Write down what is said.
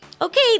Okay